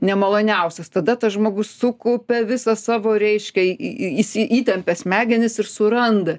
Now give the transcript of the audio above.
nemaloniausias tada tas žmogus sukaupia visą savo reiškia į į jis įtempia smegenis ir suranda